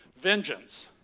Vengeance